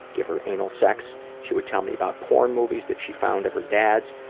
give her anal sex, she would tell me about porn movies that she found of her dad's,